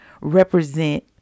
represent